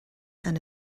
and